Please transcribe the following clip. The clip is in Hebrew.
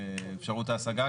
אפשרות להשגה?